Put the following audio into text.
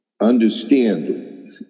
understand